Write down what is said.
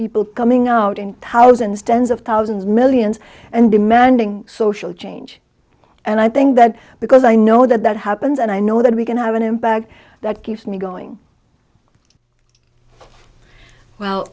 people coming out in thousands tens of thousands millions and demanding social change and i think that because i know that that happens and i know that we can have an impact that keeps me going well